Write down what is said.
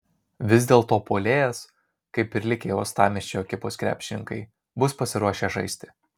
vis dėlto puolėjas kaip ir likę uostamiesčio ekipos krepšininkai bus pasiruošę žaisti